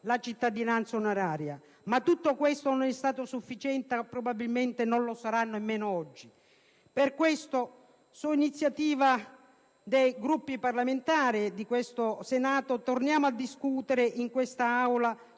la cittadinanza onoraria, ma tutto questo non è stato sufficiente e probabilmente non lo sarà nemmeno oggi. Per questo, su iniziativa dei Gruppi parlamentari e di questo Senato torniamo a discutere in quest'Aula